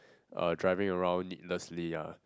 uh driving around needlessly ah